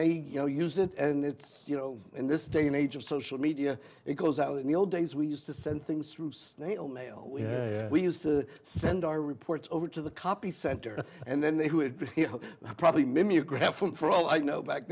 know use it and it's you know in this day and age of social media it goes out in the old days we used to send things through snail mail we used to send our reports over to the copy center and then they would probably mimeograph it for all i know back